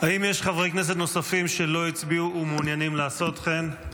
האם יש חברי כנסת נוספים שלא הצביעו ומעוניינים לעשות כן?